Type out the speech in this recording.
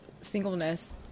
singleness